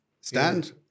stand